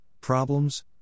problems